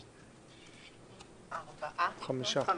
הצבעה הבקשה